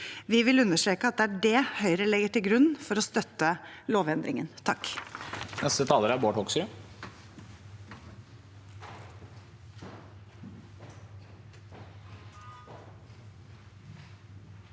Vi vil understreke at det er det Høyre legger til grunn for å støtte lovendringen. Bård